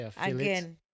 again